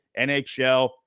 NHL